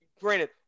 granted